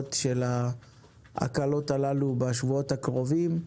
ההשלכות של ההקלות הללו בשבועות הקרובים,